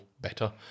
better